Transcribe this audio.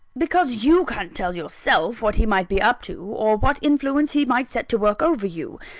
because you can't tell yourself what he might be up to, or what influence he might set to work over you.